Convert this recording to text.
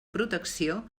protecció